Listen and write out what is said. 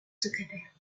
secrétaire